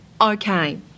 Okay